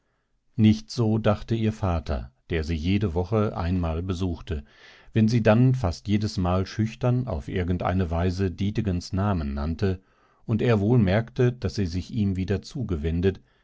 nicht so dachte ihr vater der sie jede woche einmal besuchte wenn sie dann fast jedesmal schüchtern auf irgendeine weise dietegens namen nannte und er wohl merkte daß sie sich ihm wieder zugewendet